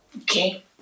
Okay